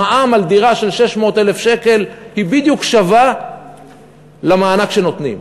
המע"מ על דירה של 600,000 שקל שווה בדיוק למענק שנותנים,